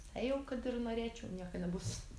tai jau kad ir norėčiau nieka nebus